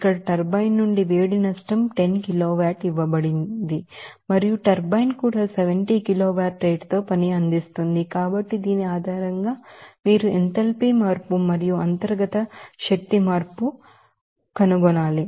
ఇక్కడ టర్బైన్ నుండి వేడి నష్టం 10 కిలోవాట్ ఇవ్వబడుతుంది మరియు టర్బైన్ కూడా 70 కిలోవాట్ రేటుతో పనిని అందిస్తుంది కాబట్టి దీని ఆధారంగా మీ ఎంథాల్పీ చేంజ్ మరియు ఇంటర్నల్ చేంజ్ ఉండాలి